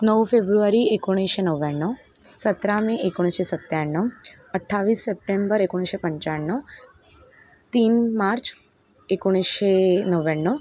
नऊ फेब्रुवारी एकोणीसशे नव्याण्णव सतरा मे एकोणीसशे सत्त्याण्णव अठ्ठावीस सप्टेंबर एकोणीसशे पंच्याण्णव तीन मार्च एकोणीसशे नव्याण्णव